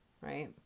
right